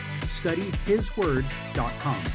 studyhisword.com